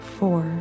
four